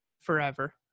forever